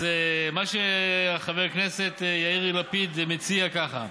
אז מה שחבר הכנסת יאיר לפיד מציע זה כך: